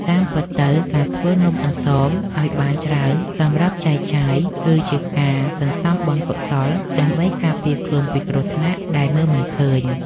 តាមពិតទៅការធ្វើនំអន្សមឱ្យបានច្រើនសម្រាប់ចែកចាយគឺ ជាការសន្សំបុណ្យកុសលដើម្បីការពារខ្លួនពីគ្រោះថ្នាក់ដែលមើលមិនឃើញ។